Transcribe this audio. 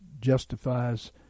justifies